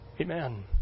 Amen